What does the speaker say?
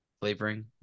flavoring